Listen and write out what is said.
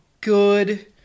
good